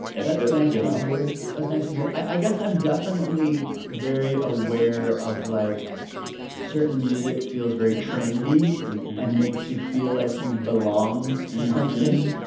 that's nice yeah to hear. that's nice to hear. i guess i'm definitely very aware of, like certain music feels very trendy and makes you feel like you belong to something.